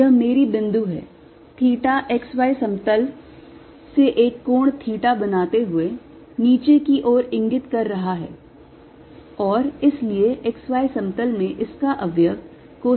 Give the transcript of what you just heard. यह मेरी बिंदु है theta x y समतल से एक कोण theta बनाते हुए नीचे की ओर इंगित कर रहा है और इसलिए x y समतल में इसका अवयव cosine theta है